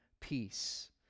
peace